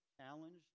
challenged